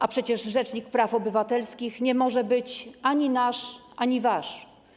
A przecież rzecznik praw obywatelskich nie może być ani nasz, ani wasz.